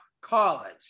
College